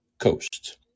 Coast